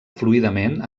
fluidament